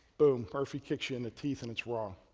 boom, murphy kicks you in the teeth and it's wrong,